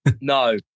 No